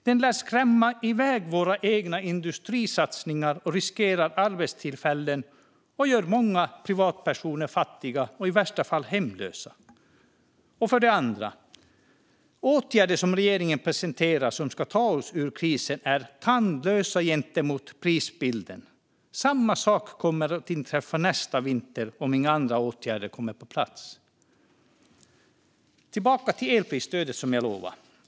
Den lär skrämma iväg våra egna industrisatsningar, den riskerar arbetstillfällen och den gör många privatpersoner fattiga - och i värsta fall hemlösa. För det andra visar fakta att de åtgärder som regeringen presenterar och som ska ta oss ur krisen är tandlösa gentemot prisbilden. Samma sak kommer att inträffa nästa vinter om inga andra åtgärder kommer på plats. Jag går tillbaka till elprisstödet, som jag lovade.